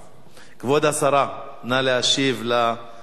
כבוד השרה, נא להשיב למציעים.